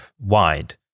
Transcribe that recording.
wide